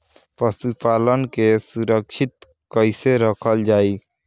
पशुपालन के सुरक्षित कैसे रखल जाई?